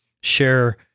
share